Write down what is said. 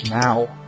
Now